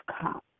come